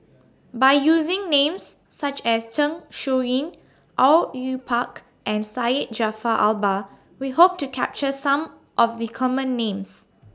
By using Names such as Zeng Shouyin Au Yue Pak and Syed Jaafar Albar We Hope to capture Some of The Common Names